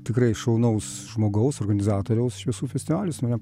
tikrai šaunaus žmogaus organizatoriaus šviesų festivalio jis mane